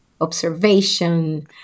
observation